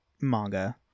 manga